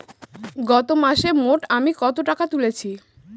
গত মাসে মোট আমি কত টাকা তুলেছি?